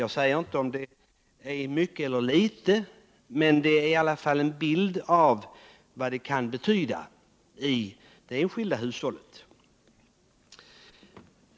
Jag säger inte något om huruvida detta är mycket eller litet, men det ger i alla fall en bild av vad det kan betyda i det enskilda hushållet.